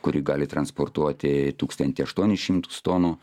kuri gali transportuoti tūkstantį aštuonis šimtus tonų